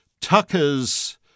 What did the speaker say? Tucker's